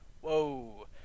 whoa